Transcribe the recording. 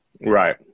Right